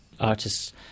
artists